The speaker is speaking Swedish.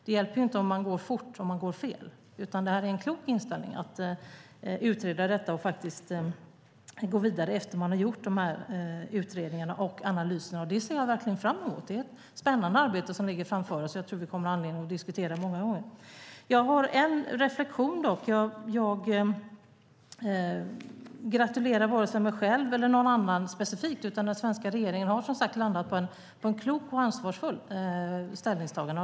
Det hjälper inte om man går fort om man går fel. Det är en klok inställning att utreda detta och gå vidare efter det att man har gjort utredningarna och analyserna. Det ser jag verkligen fram emot. Det är ett spännande arbete som ligger framför oss. Jag tror att vi kommer att ha anledning att diskutera det många gånger. Jag har dock en reflexion. Jag gratulerar varken mig själv eller någon annan specifikt. Den svenska regeringen har landat i ett klokt och ansvarsfullt ställningstagande.